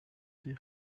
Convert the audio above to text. the